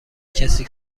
کسی